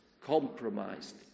compromised